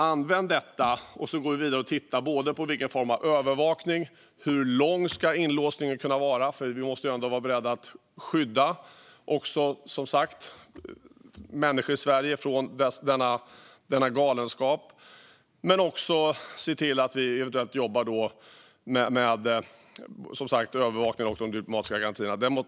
Använd detta, och så går vi vidare och tittar på både vilken form av övervakning vi kan ha och hur lång inlåsningen ska kunna vara - vi måste som sagt också vara beredda att skydda människor i Sverige från denna galenskap. Vi ser också till att eventuellt jobba med övervakning och diplomatiska garantier, som sagt.